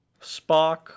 Spock